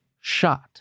shot